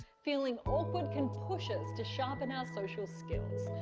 feeling awkward can push us to sharpen our social skills.